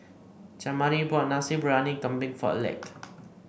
Jamari bought Nasi Briyani Kambing for Aleck